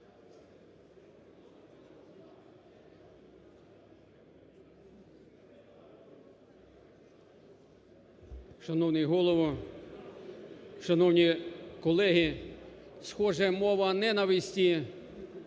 Шановний Голово, шановні колеги, схоже, мова ненависті